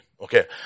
Okay